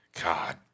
God